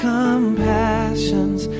compassions